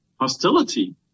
hostility